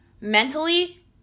mentally